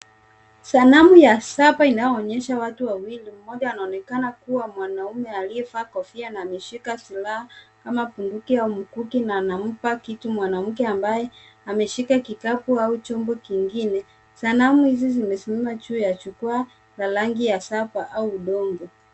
Sanamu ya shaba inayoonyesha watu wawili, mmoja anaonekana kuwa mwanaume aliyevaa kofia na ameshika silaha ama bunduki au mkuki na anampa kitu mwanamke ambaye ameshika kikapu au chombo kingine. Sanamu hizi zimesimama juu ya jukwaa la rangi ya shaba au udongo.